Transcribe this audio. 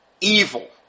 evil